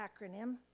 acronym